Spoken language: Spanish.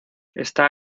está